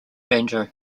banjo